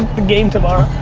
game tomorrow.